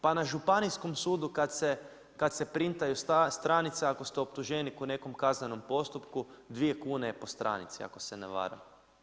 Pa na županijskom sudu kada se printaju stranice, ako ste optuženik u nekom kaznenom postupku 2 kn je po stranici, ako se ne varam.